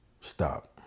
stop